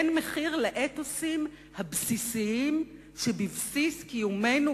אין מחיר לאתוסים הבסיסיים שבבסיס קיומנו